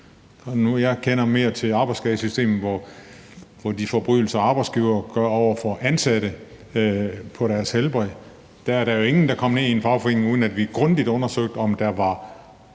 Nu kender jeg mere til arbejdsskadesystemet og til de forbrydelser, som arbejdsgiverne begår over for deres ansatte mod deres helbred. Der var jo ingen, der kom ned i en fagforening, uden at vi grundigt undersøgte muligheden